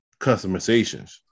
customizations